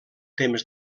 temps